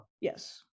Yes